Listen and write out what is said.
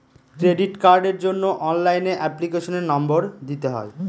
credit কার্ডের জন্য অনলাইনে এপ্লিকেশনের নম্বর দিতে হয়